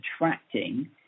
attracting